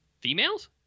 Females